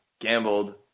gambled